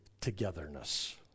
togetherness